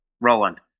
Roland